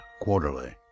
Quarterly